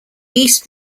east